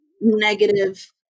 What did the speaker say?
negative